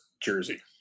jersey